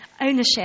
ownership